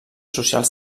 socials